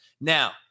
Now